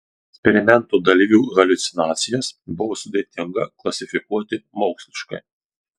eksperimento dalyvių haliucinacijas buvo sudėtinga klasifikuoti moksliškai